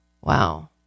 wow